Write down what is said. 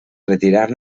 retirar